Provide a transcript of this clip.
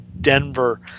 Denver